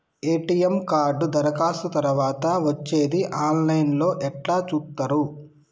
ATM card దరఖాస్తు తరువాత వచ్చేది ఆన్ లైన్ లో ఎట్ల చూత్తరు?